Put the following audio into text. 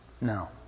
No